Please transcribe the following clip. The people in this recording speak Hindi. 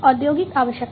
औद्योगिक आवश्यकता